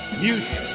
Music